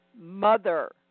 Mother